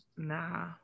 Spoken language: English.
Nah